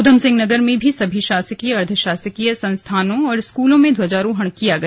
उधमसिंहनगर में भी सभी शासकीय अर्दधशासकीय संस्थानों और स्कूलों में ध्वजारोहण किया गया